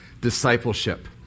discipleship